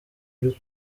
uri